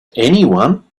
anyone